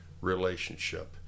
relationship